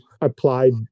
applied